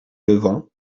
levant